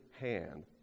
hand